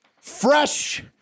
Fresh